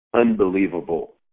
unbelievable